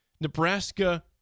Nebraska